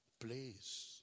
Please